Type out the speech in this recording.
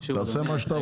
תעשה מה שאתה רוצה.